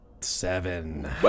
Seven